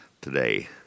today